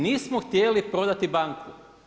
Nismo htjeli prodati banku.